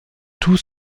tous